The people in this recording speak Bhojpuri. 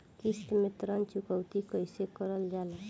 किश्त में ऋण चुकौती कईसे करल जाला?